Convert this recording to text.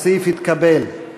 הסעיף התקבל.